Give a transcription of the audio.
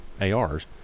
ARs